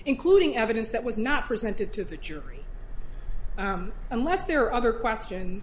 including evidence that was not presented to the jury unless there are other questions